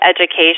education